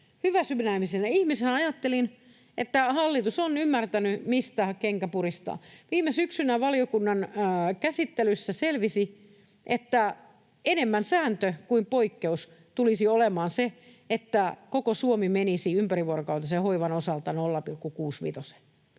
hyväsydämisenä ihmisenä ajattelin, että hallitus on ymmärtänyt, mistä kenkä puristaa. Viime syksynä valiokunnan käsittelyssä selvisi, että enemmän sääntö kuin poikkeus tulisi olemaan se, että koko Suomi menisi ympärivuorokautisen hoivan osalta 0,65:een.